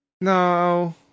No